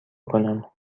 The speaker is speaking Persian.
کنم